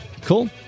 Cool